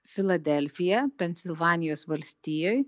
filadelfija pensilvanijos valstijoj